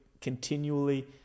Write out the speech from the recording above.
continually